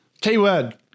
Keyword